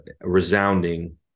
resounding